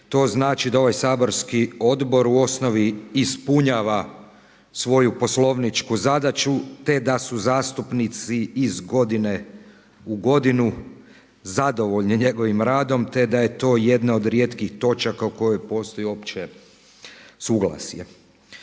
To znači da ovaj saborski odbor u osnovi ispunjava svoju poslovničku zadaću, te da su zastupnici iz godine u godinu zadovoljni njegovim radom, te da je to jedna od rijetkih točaka o kojoj postoji uopće suglasje.